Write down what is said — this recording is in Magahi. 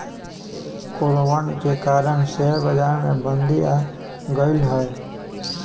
कोरोनवन के कारण शेयर बाजार में मंदी आ गईले है